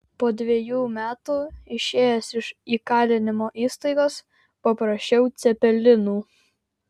po dvejų metų išėjęs iš įkalinimo įstaigos paprašiau cepelinų